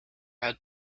had